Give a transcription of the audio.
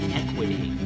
equity